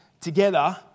together